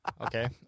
Okay